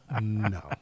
No